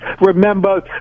Remember